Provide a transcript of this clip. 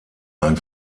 ein